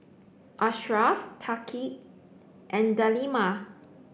Asharaff Thaqif and Delima